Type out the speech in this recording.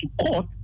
court